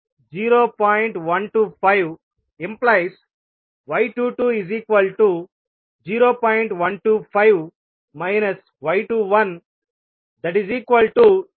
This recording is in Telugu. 125 y210